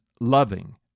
loving